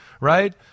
right